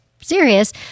serious